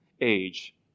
age